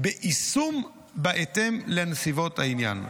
ביישום בהתאם לנסיבות העניין.